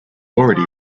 already